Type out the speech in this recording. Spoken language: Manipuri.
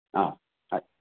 ꯑꯥ ꯍꯣꯏ